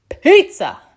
pizza